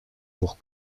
pour